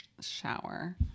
shower